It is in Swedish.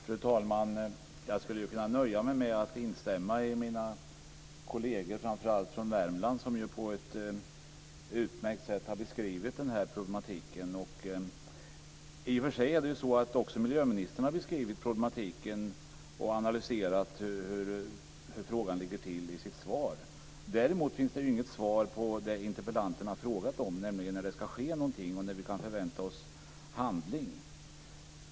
Fru talman! Jag skulle kunna nöja mig med att instämma i det som mina kolleger framför allt från Värmland har sagt. De har på ett utmärkt sätt beskrivit problematiken. I och för sig har också miljöministern beskrivit problematiken och analyserat hur frågan ligger till. Däremot finns det inget svar på det som interpellanten och meddebattörerna har frågat om, nämligen när det ska ske någonting och när vi kan förvänta oss handling.